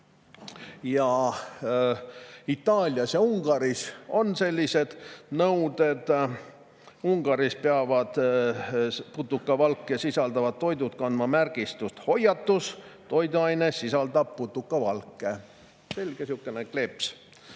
Itaalias ja Ungaris on sellised nõuded. Ungaris peavad putukavalke sisaldavad toidud kandma märgistust "Hoiatus! Toiduaine sisaldab putukavalke". Selge kleeps